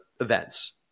events